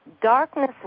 darkness